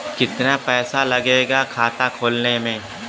कितना पैसा लागेला खाता खोले में?